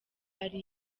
ari